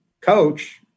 coach